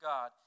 God